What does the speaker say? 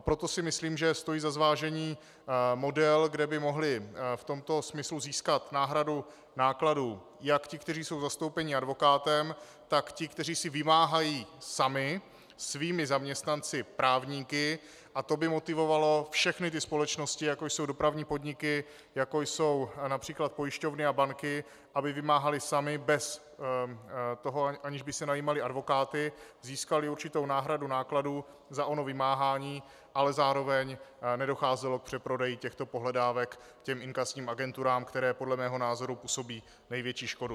Proto si myslím, že stojí za zvážení model, kde by mohli v tomto smyslu získat náhradu nákladů jak ti, kteří jsou zastoupeni advokátem, tak ti, kteří si vymáhají sami svými zaměstnanci právníky, a to by motivovalo všechny společnosti, jako jsou Dopravní podniky, jako jsou například pojišťovny a banky, aby vymáhaly samy bez toho, aniž by si najímaly advokáty, získaly určitou náhradu nákladů za ono vymáhání, ale zároveň nedocházelo k přeprodeji těchto pohledávek inkasním agenturám, které podle mého názoru působí největší škodu.